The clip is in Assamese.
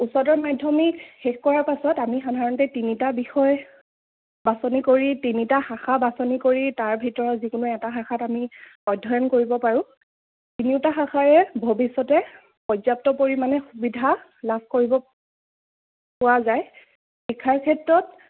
উচ্চতৰ মাধ্যমিক শেষ কৰাৰ পাছত আমি সাধাৰণতে তিনিটা বিষয় বাছনি কৰি তিনিটা শাখা বাছনি কৰি তাৰ ভিতৰত যিকোনো এটা শাখাত আমি অধ্যয়ন কৰিব পাৰোঁ তিনিওটা শাখাৰে ভৱিষ্যতে পৰ্য্যাপ্ত পৰিমাণে সুবিধা লাভ কৰিব পোৱা যায় লিখাৰ ক্ষেত্ৰত